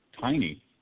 tiny